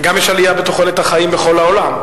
וגם יש עלייה בתוחלת החיים בכל העולם.